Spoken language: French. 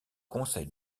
conseils